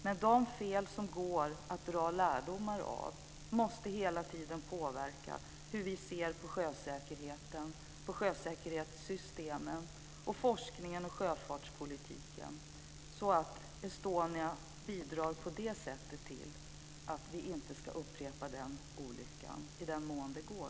De fel som det går att dra lärdomar av måste hela tiden påverka hur vi ser på sjösäkerheten, på sjösäkerhetssystemen, på forskningen och på sjöfartspolitiken, så att Estonia på det sättet bidrar till att den olyckan inte ska upprepas - i den mån det går.